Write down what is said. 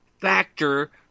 factor